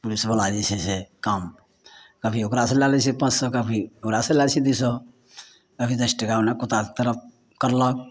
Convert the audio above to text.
police बला जे छै से काम कभी ओकरासँ लए लै छै पाँच सए कभी ओकरासँ लए लै छै दू सए कभी दस टका ओने कुत्ता कि तरह कयलक